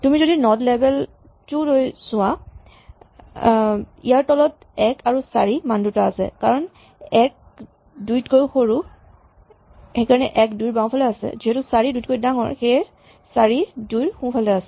তুমি যদি node label ২ লৈ চোৱা ইয়াৰ তলত ১ আৰু ৪ মানদুটা আছে কাৰণ ১ ২ তকৈ সৰু ১ ২ৰ বাওঁফালে আছে যিহেতু ৪ ২ তকৈ ডাঙৰ সেয়েহে ৪ ২ ৰ সোঁফালে আছে